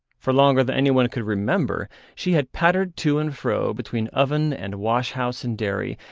for longer than anyone could remember she had pattered to and fro between oven and wash house and dairy,